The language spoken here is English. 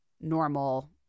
normal